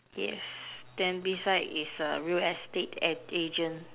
yes then beside is a real estate a~ agent